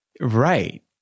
Right